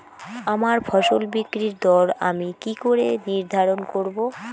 আমার ফসল বিক্রির দর আমি কি করে নির্ধারন করব?